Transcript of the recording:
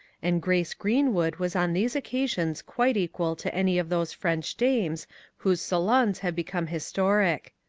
and grace greenwood was on these occasions quite equal to any of those french dames whose salons have become his toric.